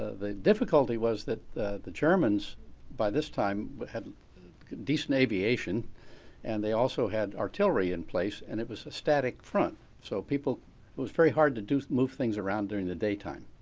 the difficulty was that the the germans by this time but had decent aviation and they also had artillery in place and it was a static front. so people, it was very hard to to move things around during the daytime.